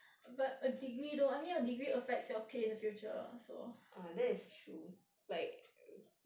but a degree though I mean your degree affects your pay in the future so